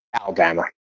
Alabama